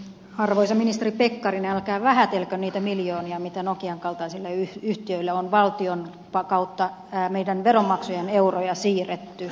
arvoisa ministeri pekkarinen älkää vähätelkö niitä miljoonia mitä nokian kaltaisille yhtiöille on valtion kautta meidän veronmaksajien euroja siirretty